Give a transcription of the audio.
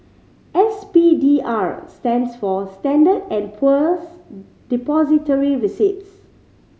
S P D R stands for Standard and Poor's Depository Receipts